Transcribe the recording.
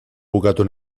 bukatu